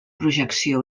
projecció